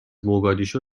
موگادیشو